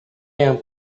yang